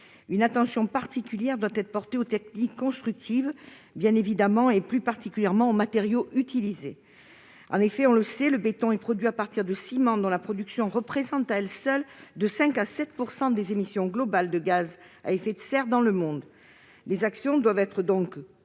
une attention particulière doit être portée aux techniques constructives, bien évidemment, et plus particulièrement aux matériaux utilisés, en effet, on le sait, le béton est produit à partir de ciment, dont la production représente à elle seule de 5 à 7 % des émissions globales de gaz à effet de serre dans le monde, les actions doivent être donc conduite